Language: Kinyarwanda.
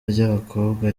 ry’abakobwa